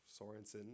Sorensen